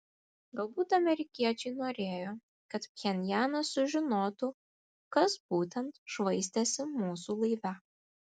galbūt amerikiečiai norėjo kad pchenjanas sužinotų kas būtent švaistėsi mūsų laive